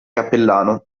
cappellano